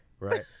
Right